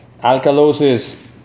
Alkalosis